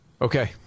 Okay